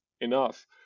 enough